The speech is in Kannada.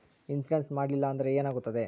ಇನ್ಶೂರೆನ್ಸ್ ಮಾಡಲಿಲ್ಲ ಅಂದ್ರೆ ಏನಾಗುತ್ತದೆ?